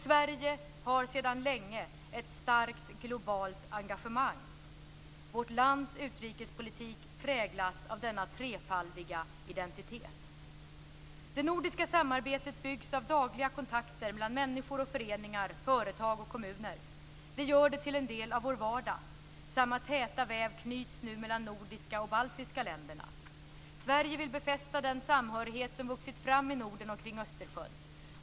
Sverige har sedan länge ett starkt globalt engagemang. Vårt lands utrikespolitik präglas av denna trefaldiga identitet. Det nordiska samarbetet byggs av dagliga kontakter mellan människor och föreningar, företag och kommuner. Det gör det till en del av vår vardag. Samma täta väv knyts nu mellan de nordiska och baltiska länderna. Sverige vill befästa den samhörighet som vuxit fram i Norden och kring Östersjön.